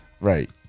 Right